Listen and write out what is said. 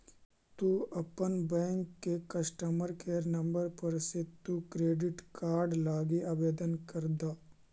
तु अपन बैंक के कस्टमर केयर नंबर पर से तु क्रेडिट कार्ड लागी आवेदन कर द